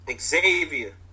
Xavier